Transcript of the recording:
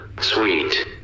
sweet